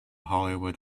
hollywood